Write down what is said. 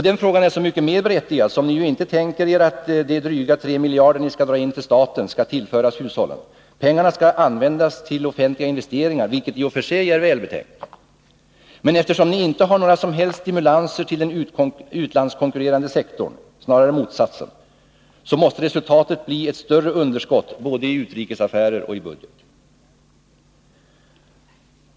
Den frågan är så mycket mer berättigad som ni ju inte tänker er att de dryga 3 miljarder ni skall dra in till staten, skall tillföras hushållen. Pengarna skall användas till offentliga investeringar, vilket i och för sig är välbetänkt. Men eftersom ni inte har några som helt stimulanser till den utlandskonkurrerande sektorn — snarare motsatsen — så måste resultatet blir större underskott både i utrikeshandeln och i budgeten.